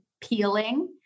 peeling